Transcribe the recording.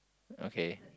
okay